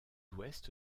ouest